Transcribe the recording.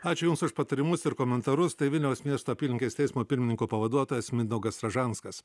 ačiū jums už patarimus ir komentarus tai vilniaus miesto apylinkės teismo pirmininko pavaduotojas mindaugas ražanskas